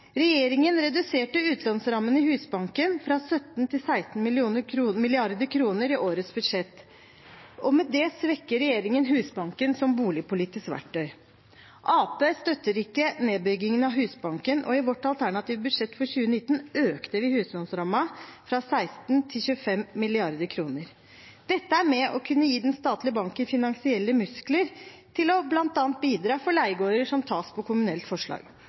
Regjeringen reduserte utlånsrammen i Husbanken fra 17 mrd. kr til 16 mrd. kr i årets budsjett, og med det svekker regjeringen Husbanken som boligpolitisk verktøy. Arbeiderpartiet støtter ikke nedbyggingen av Husbanken, og i vårt alternative budsjett for 2019 økte vi huslånsrammen fra 16 mrd. kr til 25 mrd. kr. Dette er med på å kunne gi den statlige banken finansielle muskler til bl.a. å bidra for leiegårder som tas på